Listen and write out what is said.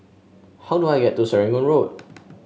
how do I get to Serangoon Road